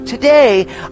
Today